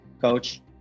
coach